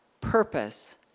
purpose